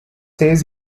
says